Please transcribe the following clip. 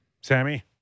Sammy